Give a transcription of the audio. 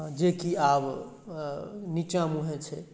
आओर जेकि आब नीचा मुँहें छै